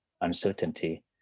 uncertainty